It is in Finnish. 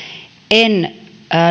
en